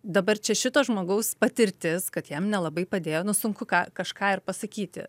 dabar čia šito žmogaus patirtis kad jam nelabai padėjo nu sunku ką kažką ir pasakyti